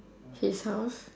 his house